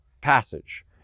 passage